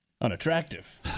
unattractive